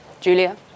Julia